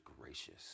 gracious